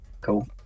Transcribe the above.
cool